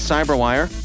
CyberWire